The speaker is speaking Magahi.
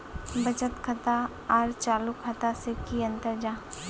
बचत खाता आर चालू खाता से की अंतर जाहा?